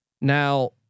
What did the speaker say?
Now